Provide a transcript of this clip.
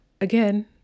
Again